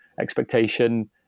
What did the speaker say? Expectation